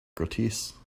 gratis